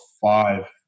five